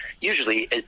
usually